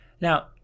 Now